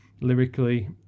lyrically